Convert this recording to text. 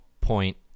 point